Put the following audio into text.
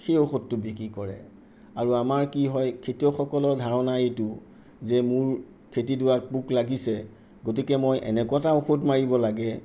সেই ঔষধটো বিক্ৰী কৰে আৰু আমাৰ কি হয় খেতিয়কসকলৰ ধাৰণা এইটো যে মোৰ খেতিডৰাত পোক লাগিছে গতিকে মই এনেকুৱা এটা ঔষধ মাৰিব লাগে